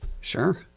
sure